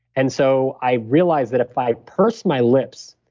and so i realized that if i pursed my lips,